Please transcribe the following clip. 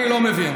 אני לא מבין.